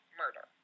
murder